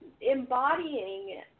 embodying